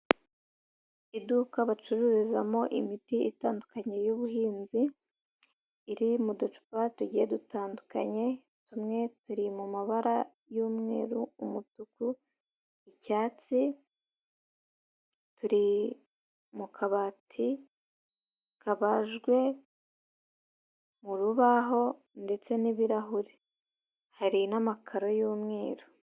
Iduka bacururizamo imiti itandukanye y'ubuhinzi, iri mu ducupa tugiye dutandukanye tumwe turi mu mabara y'umweru, umutuku, icyatsi, turi mu kabati kabajwe mu rubaho ndetse n'ibirahure, hari n'amakaro y'umweru.